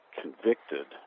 convicted